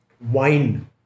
wine